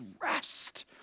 rest